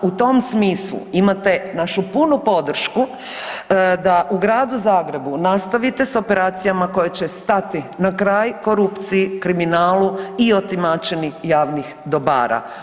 U tom smislu imate našu punu podršku da u Gradu Zagrebu nastavite s operacijama koje će stati na kraj korupciji, kriminalu i otimačini javnih dobara.